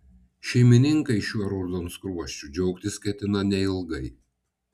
šeimininkai šiuo raudonskruosčiu džiaugtis ketina neilgai